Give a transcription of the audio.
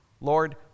Lord